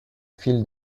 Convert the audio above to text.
fil